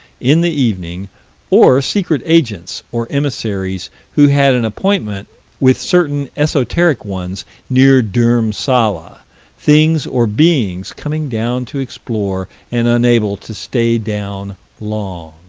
in the evening or secret agents, or emissaries, who had an appointment with certain esoteric ones near dhurmsalla things or beings coming down to explore, and unable to stay down long